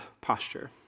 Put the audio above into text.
posture